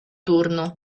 turno